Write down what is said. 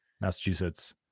Massachusetts